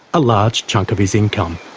a large chunk of his income.